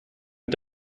mit